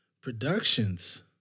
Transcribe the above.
Productions